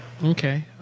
Okay